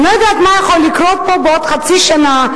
אני לא יודעת מה יכול לקרות פה בעוד חצי שנה,